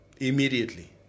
Immediately